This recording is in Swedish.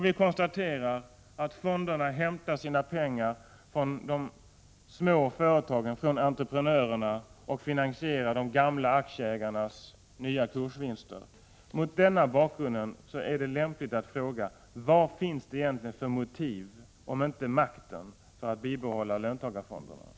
Vi konstaterar också att fonderna hämtar sina pengar från de små företagen, från entreprenörerna, som finansierar de gamla aktieägarnas nya kursvinster. Mot denna bakgrund är det lämpligt att fråga: Vad finns det egentligen för motiv, om det inte gäller makten, för att bibehålla löntagarfonderna?